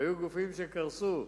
והיו גופים שקרסו.